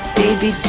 baby